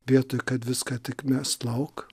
vietoj kad viską tik mest lauk